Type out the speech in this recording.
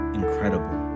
incredible